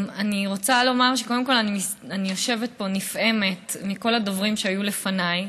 אני רוצה לומר שקודם כול אני יושבת פה נפעמת מכל הדוברים שהיו לפניי,